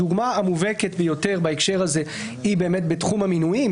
הדוגמה המובהקת ביותר בהקשר הזה היא בתחום המינויים,